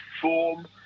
form